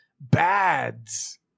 bads